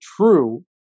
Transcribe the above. true